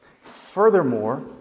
Furthermore